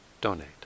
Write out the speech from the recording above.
donate